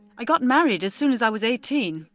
i got married as soon as i was eighteen,